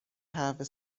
have